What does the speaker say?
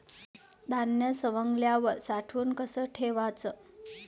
धान्य सवंगल्यावर साठवून कस ठेवाच?